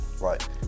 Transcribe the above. Right